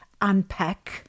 unpack